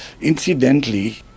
Incidentally